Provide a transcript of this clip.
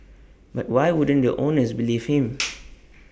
but why wouldn't the owners believe him